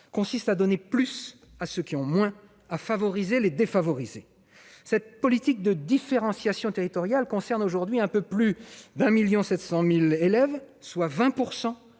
consiste à donner plus à ceux qui ont moins, à favoriser les défavorisés. Cette politique de différenciation territoriale concerne aujourd'hui un peu plus de 1,7 million d'élèves, soit 20